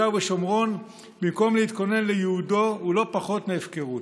ובשומרון במקום להתכונן לייעודו היא לא פחות מהפקרות.